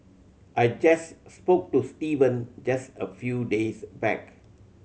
I just spoke to Steven just a few days back